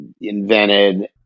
invented